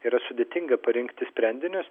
yra sudėtinga parinkti sprendinius